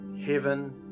heaven